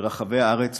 ברחבי הארץ,